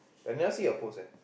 I never see get post